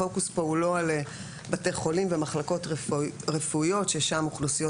הפוקוס פה הוא לא על בתי חולים ומחלקות רפואיות ששם אוכלוסיות